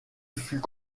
fut